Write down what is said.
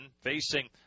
facing